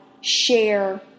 share